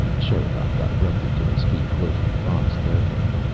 sherikov got abruptly to his feet, closing the box carefully.